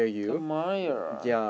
admirer